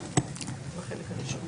בחלק הראשון.